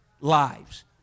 lives